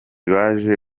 baje